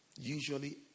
usually